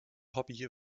hobby